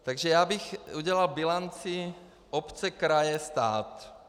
Takže já bych udělal bilanci obce kraje stát.